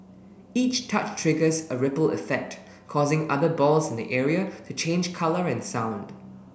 each touch triggers a ripple effect causing other balls in the area to change colour and sound